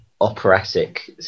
operatic